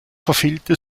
verfehlte